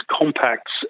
compacts